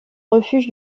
refuge